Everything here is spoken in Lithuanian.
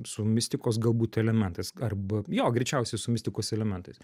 su mistikos galbūt elementais arba jo greičiausiai su mistikos elementais